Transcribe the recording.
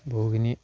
বহুখিনি